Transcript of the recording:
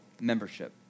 membership